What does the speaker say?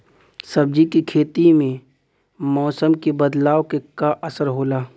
सब्जी के खेती में मौसम के बदलाव क का असर होला?